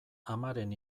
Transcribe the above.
amaren